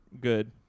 good